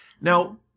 Now